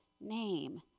name